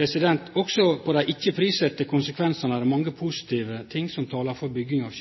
Òg når det gjeld dei ikkje-prissette konsekvensane, er det mange positive ting som talar for bygging av